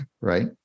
right